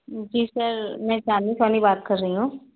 जी sir मैं चाँदनी सोनी बात कर रही हूँ